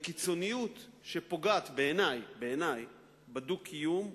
הציבור הערבי לקיצוניות שפוגעת, בעיני, בדו-קיום,